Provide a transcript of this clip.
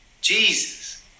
Jesus